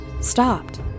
stopped